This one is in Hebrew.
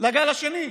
לגל השני,